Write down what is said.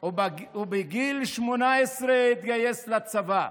ובגיל שמונה עשרה התגייס לצבא,